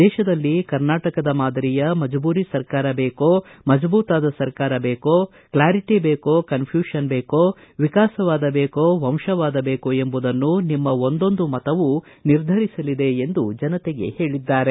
ದೇಶದಲ್ಲಿ ಕರ್ನಾಟಕದ ಮಾದರಿಯ ಮಜಬೂರಿ ಸರ್ಕಾರ ಬೇಕೋ ಬಜಬೂತಾದ ಸರ್ಕಾರ ಬೇಕೋ ಕ್ಲಾರಿಟಿ ಬೇಕೋ ಕನ್ನ್ಕ್ವ್ಯೂಷನ್ ಬೇಕೋ ವಿಕಾಸವಾದ ಬೇಕೋ ವಂಶವಾದಬೇಕೋ ಎಂಬುದನ್ನು ನಿಮ್ಮ ಒಂದೊಂದು ಮತವೂ ನಿರ್ಧರಿಸಲಿದೆ ಎಂದು ಮೋದಿ ಜನತೆಗೆ ಹೇಳಿದ್ದಾರೆ